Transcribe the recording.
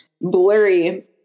blurry